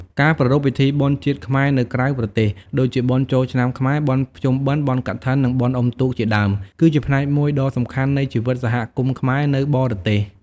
ការប្រារព្ធពិធីបុណ្យជាតិខ្មែរនៅក្រៅប្រទេស ដូចជាបុណ្យចូលឆ្នាំខ្មែរ បុណ្យភ្ជុំបិណ្ឌ បុណ្យកឋិន និងបុណ្យអុំទូក ជាដើម គឺជាផ្នែកមួយដ៏សំខាន់នៃជីវិតសហគមន៍ខ្មែរនៅបរទេស។